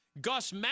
Gus